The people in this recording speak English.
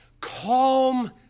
calm